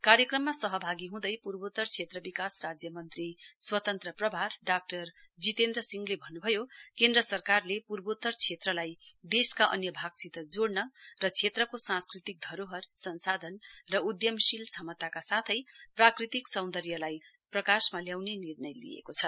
कार्यक्रममा सहभागी हुँदै पूर्वोत्तर क्षेत्र विकास राज्य मन्त्री स्वतन्त्र प्रभार डाक्टर जितेन्द्र सिंहले भन्नुभयो केन्द्र सरकारले पूर्वोत्तर क्षेत्रलाई देशका अन्य भागसित जोड़न र क्षेत्रको सांस्कृतिक धरोहर संसाधन उद्यमशील क्षमताका साथै प्राकृतिक सौन्दर्यलाई प्रकाशमा ल्याउने निर्णय लिएको छ